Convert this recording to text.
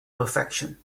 perfection